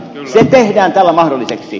se tehdään tällä mahdolliseksi